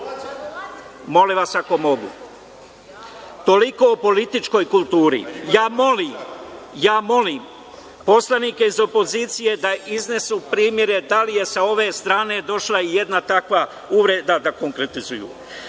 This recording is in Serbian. Toliko, gospodo, o političkoj kulturi. Molim poslanike iz opozicije da iznesu primere da li je sa ove strane došla i jedna takva uvreda, da konkretizuju. Vraćam